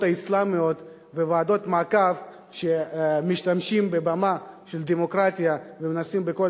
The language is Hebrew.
האסלאמיות וועדות מעקב שמשתמשות בבמה של דמוקרטיה ומנסות בכל